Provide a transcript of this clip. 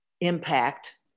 impact